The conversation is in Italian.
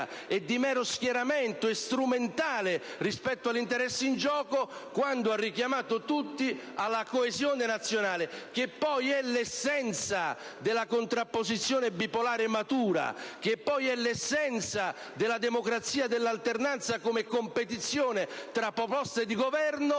e di mero schieramento, strumentale rispetto agli interessi in gioco, richiamando tutti alla coesione nazionale. Quest'ultima è poi l'essenza della contrapposizione bipolare matura e della democrazia dell'alternanza come competizione tra proposte di governo